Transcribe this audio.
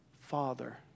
Father